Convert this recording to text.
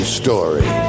story